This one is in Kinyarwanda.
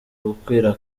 gukwira